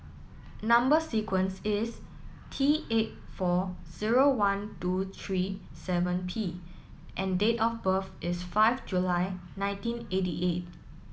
number sequence is T eight four zero one two three seven P and date of birth is five July nineteen eighty eight